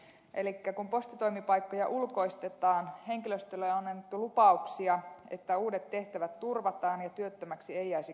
elikkä kun postitoimipaikkoja ulkoistetaan henkilöstölle on annettu lupauksia että uudet tehtävät turvataan ja työttömäksi ei jäisi kukaan